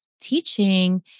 teaching